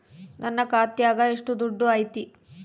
ನನ್ನ ಖಾತ್ಯಾಗ ಎಷ್ಟು ದುಡ್ಡು ಐತಿ?